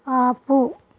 ఆపు